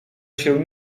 się